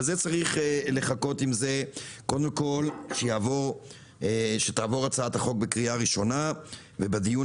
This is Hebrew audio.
אבל צריך לחכות עם זה קודם כל שתעבור הצעת החוק בקריאה ראשונה ובדיון